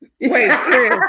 Wait